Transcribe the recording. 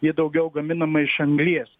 ji daugiau gaminama iš anglies